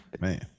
man